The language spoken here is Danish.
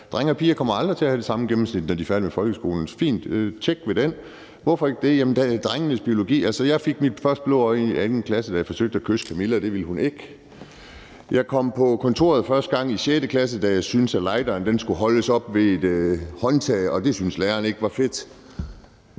drenge og piger aldrig kommer til at have det samme gennemsnit, når de er færdige med folkeskolen. Fint, tjek ved det. Hvorfor ikke det? Jamen det har noget med drengenes biologi at gøre. Jeg fik mit første blå øje i 2. klasse, da jeg forsøgte at kysse Camilla, og det ville hun ikke. Jeg kom på kontoret første gang i 6. klasse, da jeg syntes, at lighteren skulle holdes oppe under et håndtag, og det syntes læreren ikke var fedt.